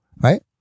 Right